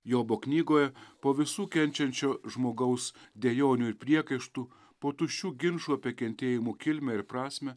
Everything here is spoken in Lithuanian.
jobo knygoje po visų kenčiančio žmogaus dejonių ir priekaištų po tuščių ginčų apie kentėjimo kilmę ir prasmę